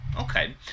okay